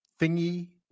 Thingy